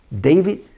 David